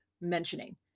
mentioning